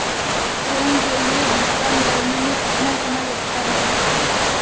स्वयं के लिए भुगतान करने में कितना समय लगता है?